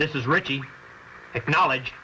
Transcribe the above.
this is ricky acknowledge